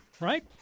right